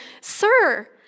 Sir